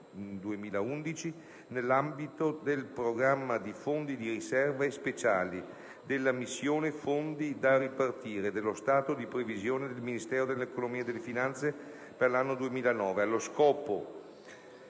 nell'ambito del programma 'Fondi di riserva e speciali' della missione 'Fondi da ripartire' dello stato di previsione del Ministero dell'economia e delle finanze per l'anno 2009,